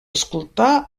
escoltar